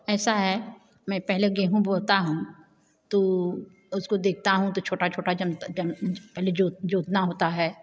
ऐसा है मैं पहले गेंहू बोता हूँ तो उसको देखता हूँ तो छोटा छोटा जोतना होता है